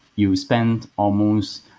you spend almost,